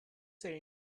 same